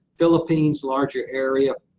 philippines, larger area,